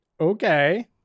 Okay